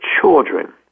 children